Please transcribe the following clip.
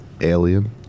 alien